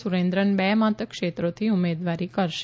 સુરેન્દ્રન બે મતક્ષેત્રોથી ઉમેદવારી કરશે